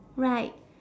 right